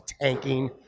tanking